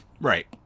right